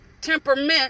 temperament